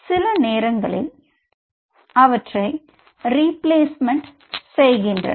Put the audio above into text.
சில நேரங்களில் அவற்றை ரெப்ளேஸ்மெண்ட் செய்கின்றன